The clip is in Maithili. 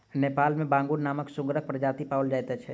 नेपाल मे बांगुर नामक सुगरक प्रजाति पाओल जाइत छै